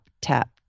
tap